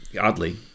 oddly